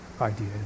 idea